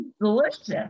delicious